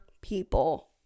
people